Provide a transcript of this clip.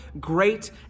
great